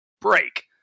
break